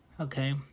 Okay